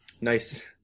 Nice